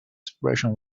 expression